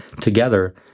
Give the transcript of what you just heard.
together